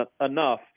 enough